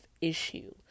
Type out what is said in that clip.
issue